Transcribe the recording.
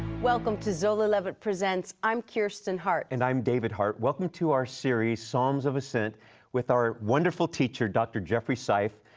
welcome to zola levitt presents. i'm kirsten hart. and i'm david hart. welcome to our series psalms of ascent with our wonderful teacher, dr. jeffrey seif.